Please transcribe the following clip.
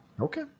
Okay